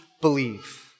believe